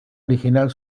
original